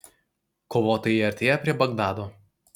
kovotojai artėja prie bagdado